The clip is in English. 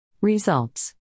Results